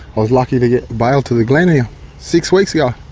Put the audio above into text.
was lucky to get bailed to the glen here six weeks ago.